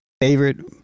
favorite